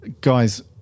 guys